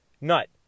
nut